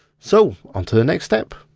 so on to the next step.